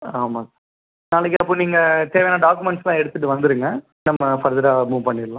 ஆமாம் நாளைக்கு அப்போ நீங்கள் தேவையான டாக்குமெண்ட்ஸ்லாம் எடுத்துகிட்டு வந்துருங்க நம்ம ஃபர்தராக மூவ் பண்ணிடலாம்